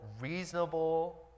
reasonable